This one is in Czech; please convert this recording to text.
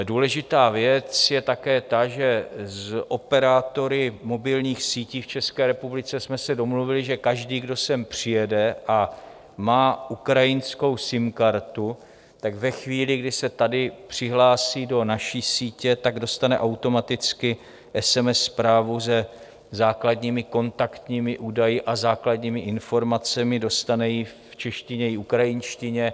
Důležitá věc je také to, že s operátory mobilních sítí v České republice jsme se domluvili, že každý, kdo sem přijede a má ukrajinskou SIM kartu, tak ve chvíli, kdy se tady přihlásí do naší sítě, dostane automaticky SMS zprávu se základními kontaktními údaji a základními informacemi, dostane ji v češtině i ukrajinštině.